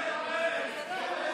משה,